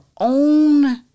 own